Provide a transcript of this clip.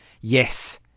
Yes